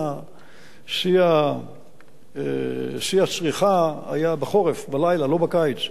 שיא הצריכה היה בחורף בלילה, לא בקיץ,